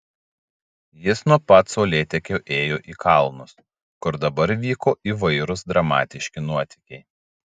jis nuo pat saulėtekio ėjo į kalnus kur dabar vyko įvairūs dramatiški nuotykiai